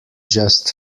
just